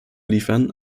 liefern